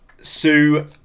Sue